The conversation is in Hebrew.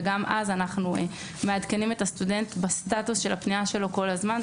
וגם אז אנחנו מעדכנים את הסטודנט בסטטוס של הפנייה שלו כל הזמן.